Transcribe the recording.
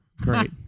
Great